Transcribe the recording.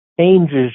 changes